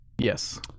Yes